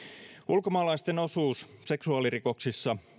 ulkomaalaisten osuus seksuaalirikoksissa